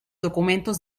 documentos